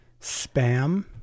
spam